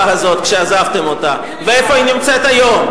הזאת כשעזבתם אותה ואיפה היא נמצאת היום.